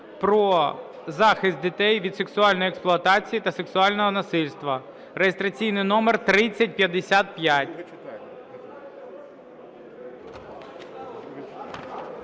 про захист дітей від сексуальної експлуатації та сексуального насильства (реєстраційний номер 3055).